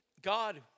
God